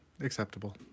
acceptable